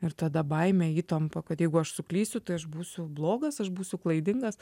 ir tada baimė įtampa kad jeigu aš suklysiu tai aš būsiu blogas aš būsiu klaidingas